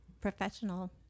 professional